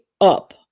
up